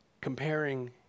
comparing